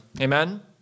Amen